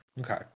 Okay